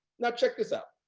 now, check this out.